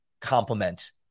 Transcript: complement